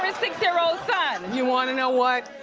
six year old son. you wanna know what,